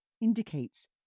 indicates